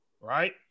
right